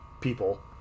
people